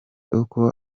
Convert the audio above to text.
uko